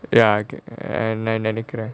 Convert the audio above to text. ya I can நான் நெனைக்கிறேன்:naan nenaikkiraen